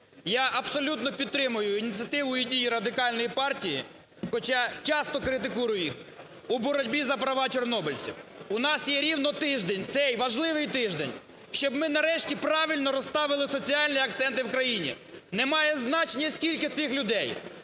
Я абсолютно підтримую ініціативу і дії Радикальної партії, хоча часто критикую їх, у боротьбі за права чорнобильців. У нас є рівно тиждень, цей важливий тиждень, щоб ми нарешті правильно розставили соціальні акценти в країні. Немає значення, скільки тих людей: